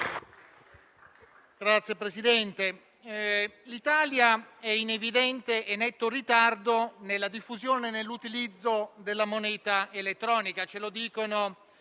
Signor Presidente, l'Italia è in evidente e netto ritardo nella diffusione e nell'utilizzo della moneta elettronica: